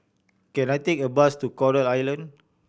can I take a bus to Coral Island